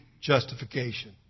justification